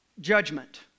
judgment